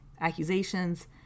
accusations